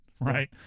right